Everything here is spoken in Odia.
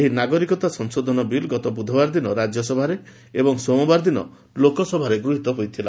ଏହି ନାଗରିକତା ସଂଶୋଧନ ବିଲ ଗତ ବ୍ରଧବାରଦିନ ରାଜ୍ୟସଭାରେ ଏବଂ ସୋମବାର ଦିନ ଲୋକସଭାରେ ଗୃହୀତ ହୋଇଥିଲା